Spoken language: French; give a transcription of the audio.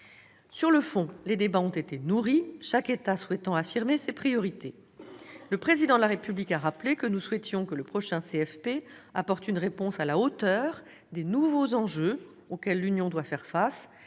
Sur le fond, les débats ont été nourris, chaque État souhaitant affirmer ses priorités. Le Président de la République a rappelé que nous souhaitions que le prochain CFP apporte une réponse à la hauteur des nouveaux enjeux auxquels l'Union doit faire face,